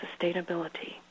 sustainability